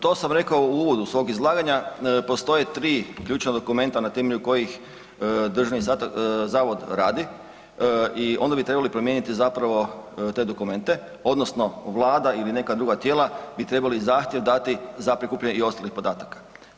To sam rekao u uvodu svog izlaganja, postojte tri ključna dokumenta na temelju kojih DZS radi i onda bi trebali promijeniti te dokumente odnosno Vlada ili neka druga tijela bi trebali zahtjev dati za prikupljanje i ostalih podataka.